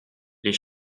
les